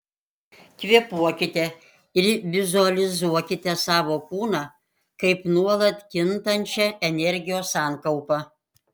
kvėpuokite ir vizualizuokite savo kūną kaip nuolat kintančią energijos sankaupą